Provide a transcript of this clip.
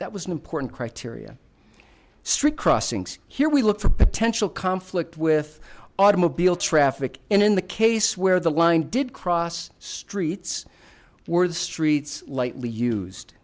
that was an important criteria street crossings here we look for potential conflict with automobile traffic and in the case where the line did cross streets were the streets lightly used